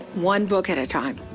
one book at a time.